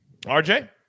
RJ